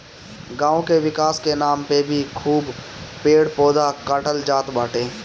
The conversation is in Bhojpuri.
गांव के विकास के नाम पे भी खूब पेड़ पौधा काटल जात बाटे